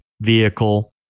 vehicle